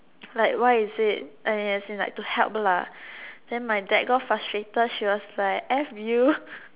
like why is it and in as in like to help lah then my dad got frustrated she was like F you